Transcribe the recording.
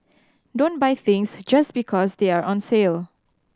don't buy things just because they are on sale